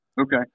okay